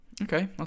okay